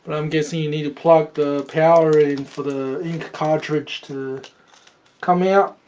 i'm guessing you need to plug the power in for the ink cartridge to come yeah out